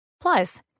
Plus